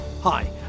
Hi